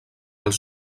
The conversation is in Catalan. els